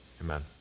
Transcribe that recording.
Amen